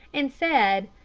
and said,